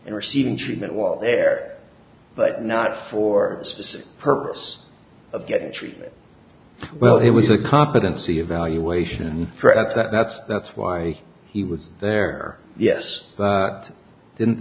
and receiving treatment while there but not for a specific purpose of getting treatment well it was a competency evaluation and threats that's that's why he was there yes didn't